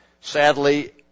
Sadly